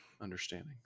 understanding